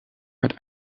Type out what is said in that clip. het